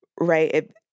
Right